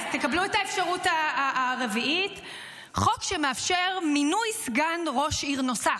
אז תקבלו את האפשרות הרביעית: חוק שמאפשר מינוי סגן ראש עיר נוסף.